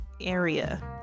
area